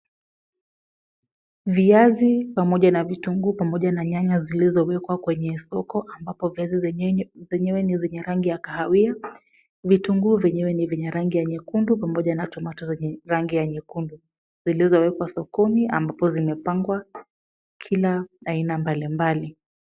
Viazi pamoja na vitunguu pamoja na nyanya zilizowekwa kwenye soko ambapo viazi zenyewe ni zenye rangi ya kahawia, vitunguu vyenyewe ni vyenye rangi ya nyekundu pamoja na tomato zenye rangi ya nyekundu, zilizowekwa sokoni ambapo zimepangwa kila aina mbali mbali.